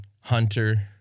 Hunter